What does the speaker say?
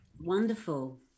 wonderful